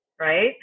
right